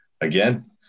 again